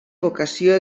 vocació